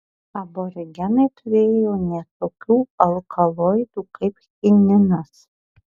aborigenai turėjo net tokių alkaloidų kaip chininas